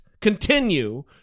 continue